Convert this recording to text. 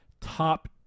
top